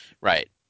Right